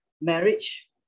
marriage